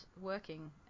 working